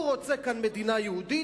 הוא רוצה כאן מדינה יהודית,